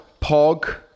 Pog